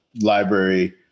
library